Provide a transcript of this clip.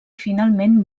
finalment